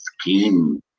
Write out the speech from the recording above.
scheme